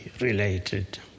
related